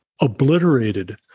obliterated